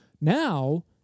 Now